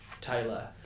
Taylor